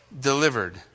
delivered